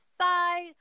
side